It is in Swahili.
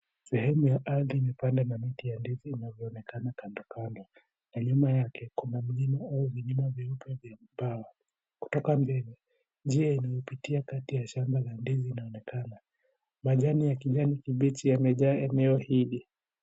Sehemu ya ardhi imepandwa na miti ya ndizi inavyoonekana kandokando na nyuma yake kuna milima au vilimo vyeupe vya ubao, kutoka mbele njia inawapatia kati ya shamba za ndizi linaonekana, machani ya kijani kibichi yanaonekana yamejaa eneo hili.